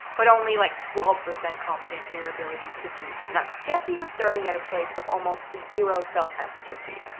but only like twelve percent confident in your ability to do another. jesse was starting at a place of almost zero self-efficacy,